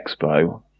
Expo